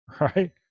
right